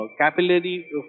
capillary